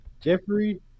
Jeffrey